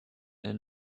and